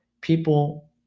people